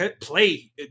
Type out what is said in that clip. play